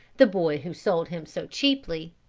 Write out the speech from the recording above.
the boy who sold him so cheaply.